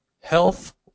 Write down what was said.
health